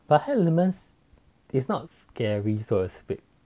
but high element is not scary so to speak